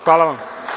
Hvala vam.